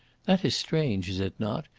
that is strange, is it not,